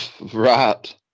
Right